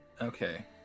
Okay